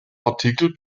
artikel